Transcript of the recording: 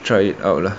try it out lah